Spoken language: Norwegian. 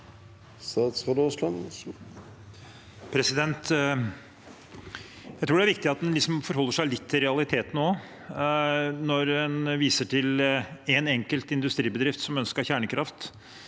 Jeg tror det er viktig at en forholder seg litt til realitetene. Når en viser til en enkelt industribedrift som ønsker kjernekraft,